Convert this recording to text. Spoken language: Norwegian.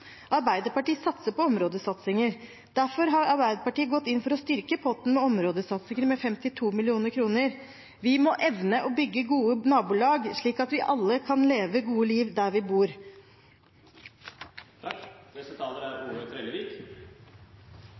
Arbeiderpartiet går inn for på områdesatsinger. Derfor har Arbeiderpartiet gått inn for å styrke potten til områdesatsing med 52 mill. kr. Vi må evne å bygge gode nabolag slik at vi alle kan leve gode liv der vi